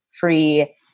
free